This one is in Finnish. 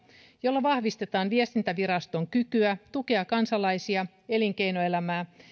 jolla vahvistetaan viestintäviraston kykyä tukea kansalaisia elinkeinoelämää